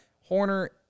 Horner